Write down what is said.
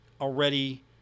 already